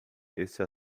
esse